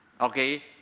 okay